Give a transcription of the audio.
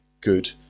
good